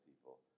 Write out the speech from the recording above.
people